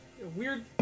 weird